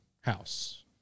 house